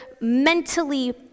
mentally